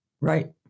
Right